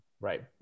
Right